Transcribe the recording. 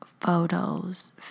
photos